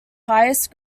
highest